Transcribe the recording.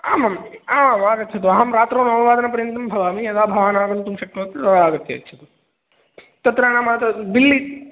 आमाम् आम् आगच्छतु अहं रात्रौ नववादनपर्यन्तं भवामि यदा भवानागन्तुं शक्नोति तदा आगत्य यच्छतु तत्र नाम तत् बिल्